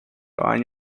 baño